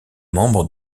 membre